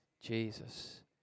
Jesus